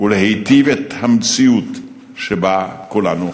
ולהיטיב את המציאות שבה כולנו חיים.